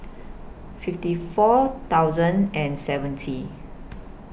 fifty four thousand and seventy